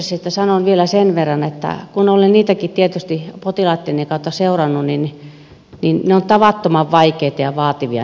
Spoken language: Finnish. oikeusprosesseista sanon vielä sen verran kun olen niitäkin tietysti potilaitteni kautta seurannut että ne prosessit ovat tavattoman vaikeita ja vaativia